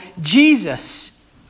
Jesus